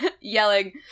yelling